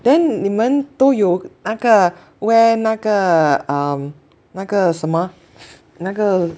then 你们都有那个 wear 那个 um 那个什么那个